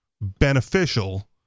beneficial